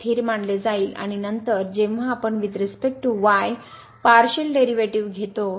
तर स्थिर मानले जाईल आणि नंतर जेव्हा आपण with respect to y partial derivative घेतो